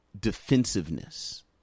defensiveness